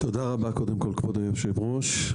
תודה רבה, כבוד היושב-ראש.